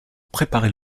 préparer